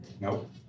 Nope